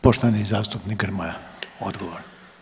Poštovani zastupnik Grmoja, odgovor.